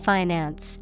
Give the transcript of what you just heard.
Finance